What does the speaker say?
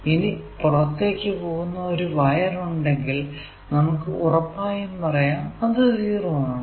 ഇനി പുറത്തേക്കു പോകുന്ന ഒരു വയർ ഉണ്ടെങ്കിൽ ഇവിടെ നമുക്കു ഉറപ്പായും പറയാം അത് 0 ആണ്